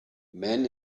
man